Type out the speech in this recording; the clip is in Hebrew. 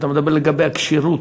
אתה מדבר לגבי הכשירות?